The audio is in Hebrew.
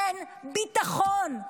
אין ביטחון.